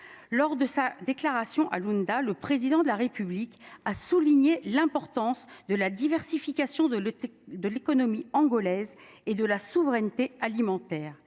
Lors de sa déclaration à Luanda. Le président de la République a souligné l'importance de la diversification de l'état de l'économie angolaise et de la souveraineté alimentaire.